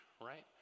right